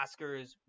Oscars